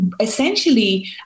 essentially